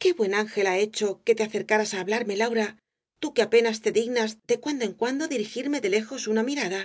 qué buen ángel ha hecho que te acercaras á hablarme laura tú que apenas te dignas de cuando en cuando dirigirme de lejos una mirada